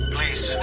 Please